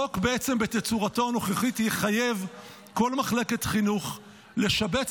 החוק בתצורתו הנוכחית יחייב כל מחלקת חינוך לשבץ